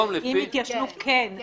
אם הן התיישנו כן.